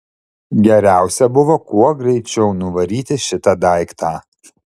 geriausia buvo kuo greičiau nuvaryti šitą daiktą